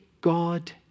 God